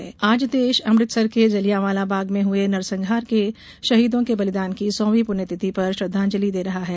जलियांवाला बाग आज देश अमृतसर के जलियांवाला बाग में हुए नरसंहार के शहीदों के बलिदान की सौवीं पुण्यतिथि पर श्रद्धांजलि दे रहा है